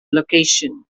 location